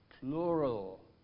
plural